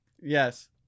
Yes